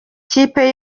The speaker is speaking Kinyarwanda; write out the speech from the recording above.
kipe